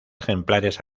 ejemplares